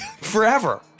Forever